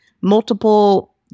multiple